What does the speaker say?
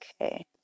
Okay